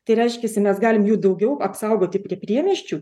tai reiškiasi mes galim daugiau apsaugoti prie priemiesčių